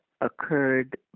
occurred